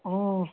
ಹ್ಞೂ